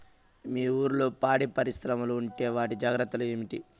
మీ ఊర్లలో పాడి పరిశ్రమలు ఉంటే వాటి జాగ్రత్తలు ఏమిటి